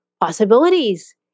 possibilities